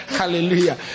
Hallelujah